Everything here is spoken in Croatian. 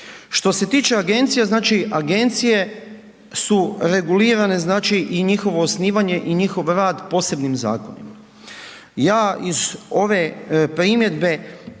Što se tiče agencija, znači agencije su regulirane znači i njihovo osnivanje i njihov rad posebnim zakonima. Ja iz ove primjedbe